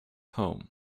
home